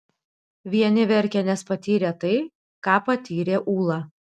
vieni verkė nes patyrė tai ką patyrė ūla